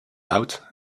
out